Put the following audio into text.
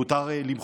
מותר למחות.